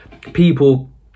people